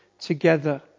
together